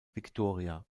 victoria